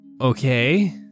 Okay